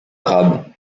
arabes